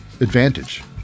advantage